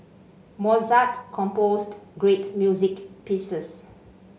Mozart composed great music pieces